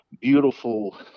beautiful